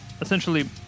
essentially